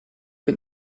che